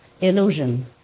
illusion